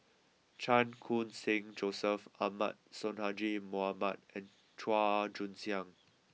Chan Khun Sing Joseph Ahmad Sonhadji Mohamad and Chua Joon Siang